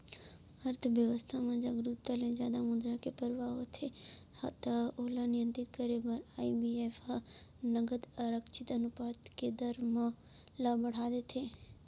अर्थबेवस्था म जरुरत ले जादा मुद्रा के परवाह होथे त ओला नियंत्रित करे बर आर.बी.आई ह नगद आरक्छित अनुपात के दर ल बड़हा देथे